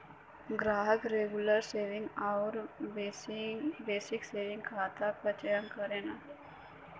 ग्राहक regular saving आउर basic saving खाता क चयन कर सकला